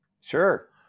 Sure